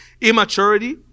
immaturity